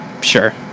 Sure